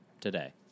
today